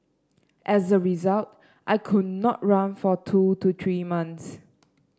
as a result I could not run for two to three months